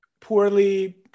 poorly